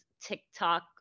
TikTok